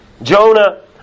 Jonah